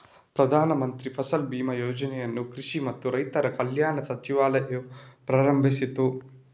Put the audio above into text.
ಪ್ರಧಾನ ಮಂತ್ರಿ ಫಸಲ್ ಬಿಮಾ ಯೋಜನೆಯನ್ನು ಕೃಷಿ ಮತ್ತು ರೈತರ ಕಲ್ಯಾಣ ಸಚಿವಾಲಯವು ಪ್ರಾರಂಭಿಸಿತು